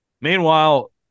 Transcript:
Meanwhile